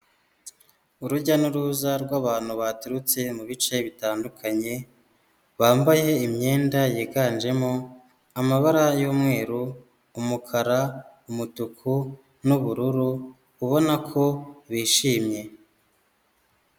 Urujya n'uruza rw'abantu baturutse mu bice bitandukanye bambaye imyenda yiganjemo amabara y'umweru, umukara, umutuku n'ubururu ubona ko bishimye.